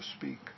speak